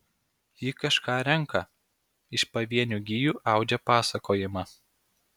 ji kažką renka iš pavienių gijų audžia pasakojimą